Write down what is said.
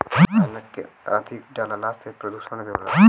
रसायन के अधिक डलला से प्रदुषण भी होला